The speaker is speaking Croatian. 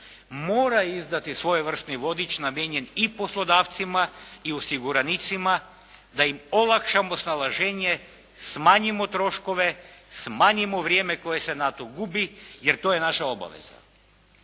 mora izdati svojevrsni vodič namijenjen i poslodavcima i osiguranicima da im olakšamo snalaženje, smanjimo troškove, smanjimo vrijeme koje se na to gubi jer to je naša obaveza.